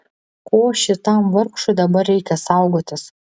ko šitam vargšui dabar reikia saugotis